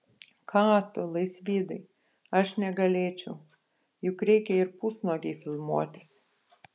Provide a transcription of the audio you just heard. ką tu laisvydai aš negalėčiau juk reikia ir pusnuogei filmuotis